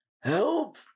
help